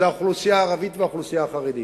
זה האוכלוסייה הערבית והאוכלוסייה החרדית.